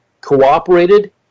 cooperated